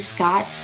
Scott